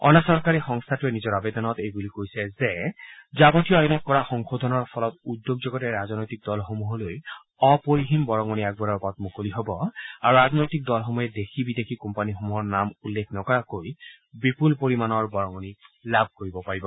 অনাচৰকাৰী সংস্থাটোৱে নিজৰ আবেদনত এই বুলি কৈছে যে যাবতীয় আইনত কৰা সংশোধনৰ ফলত উদ্যোগ জগতে ৰাজনৈতিক দলসমূহলৈ অপৰিসীম বৰঙণি আগবঢ়োৱাৰ পথ মুকলি হব আৰু ৰাজনৈতিক দলসমূহে দেশী বিদেশী কোম্পানীসমূহৰ নাম উল্লেখ নকৰাকৈ বিপূল পৰিমাণৰ বৰঙণি লাভ কৰিব পাৰিব